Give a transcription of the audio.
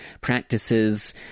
practices